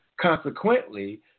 Consequently